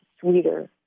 sweeter